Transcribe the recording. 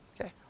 okay